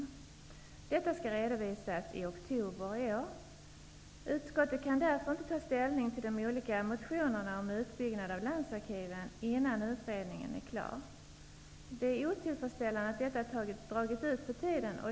Detta arbete skall redovisas i oktober i år. Utskottet kan därför inte ta ställning till de olika motionerna om utbyggnad av landsarkiven innan utredningen är klar. Det är otillfredsställande att detta dragit ut på tiden.